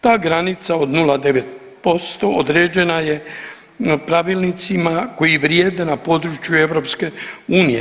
Ta granica od 0,9% određena je pravilnicima koji vrijede na području EU.